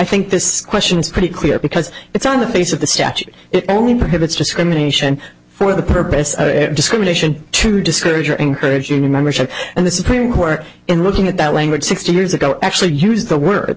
think this question is pretty clear because it's on the face of the statute it only prohibits discrimination for the purpose of discrimination true disclosure encourage union membership and the supreme court in looking at that language sixty years ago actually used the word